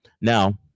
Now